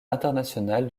international